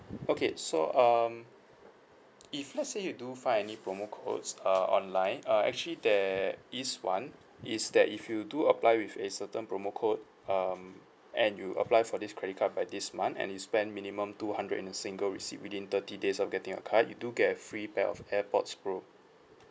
okay so um if let's say you do find any promo codes uh online uh actually there is one is that if you do apply with a certain promo code um and you apply for this credit card by this month and you spend minimum two hundred in a single receipt within thirty days of getting your card you do get a free pair of airpods pro